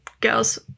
girls